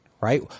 right